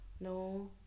No